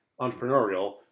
Entrepreneurial